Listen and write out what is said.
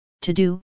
to-do